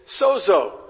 sozo